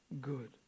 good